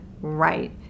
right